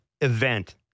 event